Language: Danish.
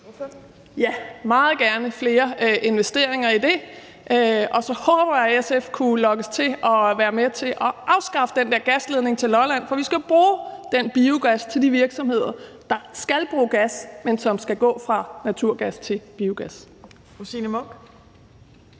vil meget gerne have flere investeringer i det. Og så håber jeg, SF kunne lokkes til at være med til at afskaffe den der gasledning til Lolland, for vi skal jo bruge den biogas til de virksomheder, der skal bruge gas, men som skal gå fra naturgas til biogas.